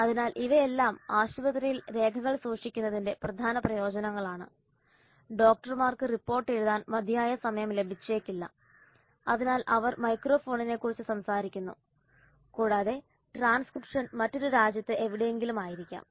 അതിനാൽ ഇവയെല്ലാം ആശുപത്രിയിൽ രേഖകൾ സൂക്ഷിക്കുന്നതിന്റെ പ്രധാന പ്രയോജനങ്ങളാണ് ഡോക്ടർമാർക്ക് റിപ്പോർട്ട് എഴുതാൻ മതിയായ സമയം ലഭിച്ചേക്കില്ല അതിനാൽ അവർ മൈക്രോഫോണിനെക്കുറിച്ച് സംസാരിക്കുന്നു കൂടാതെ ട്രാൻസ്ക്രിപ്ഷൻ മറ്റൊരു രാജ്യത്ത് എവിടെയെങ്കിലും ആയിരിക്കാം